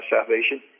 salvation